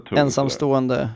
ensamstående